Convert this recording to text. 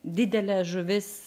didelė žuvis